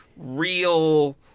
Real